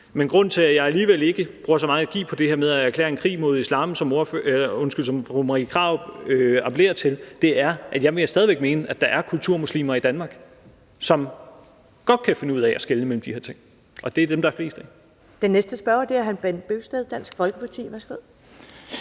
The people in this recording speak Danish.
Men grunden til, at jeg alligevel ikke bruger så meget energi på det her med at erklære en krig mod islam, sådan som fru Marie Krarup appellerer til, er, at jeg stadig væk vil mene, at der er kulturmuslimer i Danmark, som godt kan finde ud af at skelne mellem de her ting, og det er dem, der er flest af. Kl. 10:57 Første næstformand (Karen